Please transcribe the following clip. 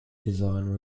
design